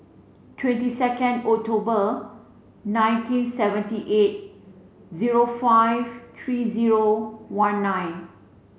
twenty second October nineteen seventy eight zero five three zero one nine